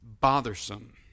bothersome